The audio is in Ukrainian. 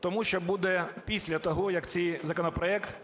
тому, що буде після того, як цей законопроект,